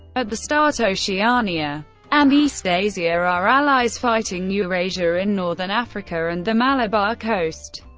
at the start, oceania and eastasia are are allies fighting eurasia in northern africa and the malabar coast.